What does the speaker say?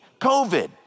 COVID